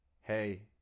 hey